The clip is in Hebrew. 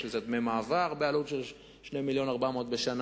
יש לזה דמי מעבר בעלות 2.4 מיליונים בשנה,